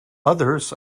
others